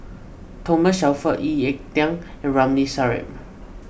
Thomas Shelford Lee Ek Tieng and Ramli Sarip